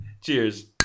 Cheers